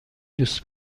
دوست